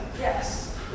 yes